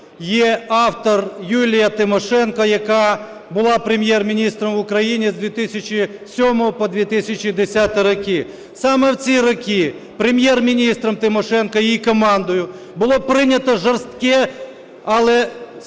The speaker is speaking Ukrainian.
є автор Юлія Тимошенко, яка була Прем'єр-міністром в Україні з 2007-го по 2010-й роки. Саме в ці роки Прем'єр-міністром Тимошенко і її командою було прийнято жорстке, але правильне